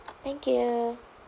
thank you